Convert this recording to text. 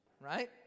right